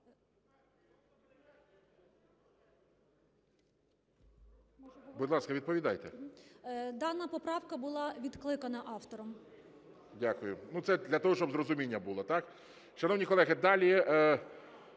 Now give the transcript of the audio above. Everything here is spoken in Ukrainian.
Дякую. Це для того, щоб розуміння було,